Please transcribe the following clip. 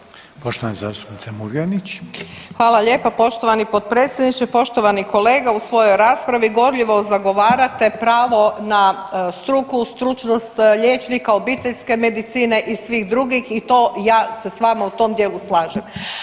Hvala lijepa poštovani potpredsjedniče, poštovani kolega, u svojoj raspravi gorljivo zagovarate pravo na struku, stručnost liječnika obiteljske medicine i svih drugih i to ja se s vama u tom dijelu slažem.